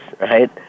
right